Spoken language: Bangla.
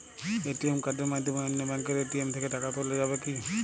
এ.টি.এম কার্ডের মাধ্যমে অন্য ব্যাঙ্কের এ.টি.এম থেকে টাকা তোলা যাবে কি?